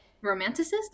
romanticist